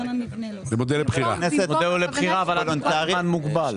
זה מודל לבחירה אבל לזמן מוגבל.